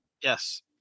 Yes